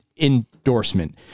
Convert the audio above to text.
endorsement